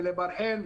ולבר יוסף,